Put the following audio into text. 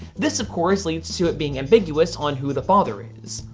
this of course leads to it being ambiguous on who the father is,